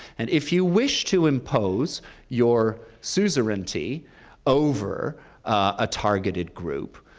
and if you wish to impose your suzerainty over a targeted group,